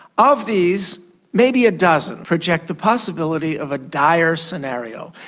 of these maybe a dozen project the possibility of a dire scenario.